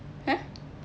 !huh!